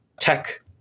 tech